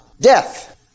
Death